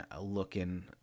looking